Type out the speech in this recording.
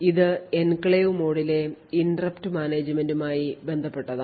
ഇത് എൻക്ലേവ് മോഡിലെ ഇന്ററപ്റ്റ് മാനേജുമെന്റുമായി ബന്ധപ്പെട്ടതാണ്